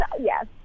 Yes